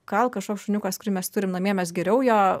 gal kažkoks šuniukas kurį mes turim namie mes geriau jo